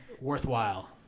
worthwhile